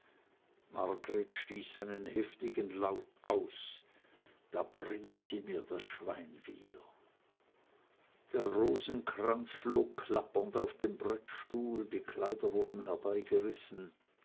einen heftigen laut aus da bringen sie mir das schwein wieder der rosenkranz flog klappernd auf den brettstuhl die kleider wurden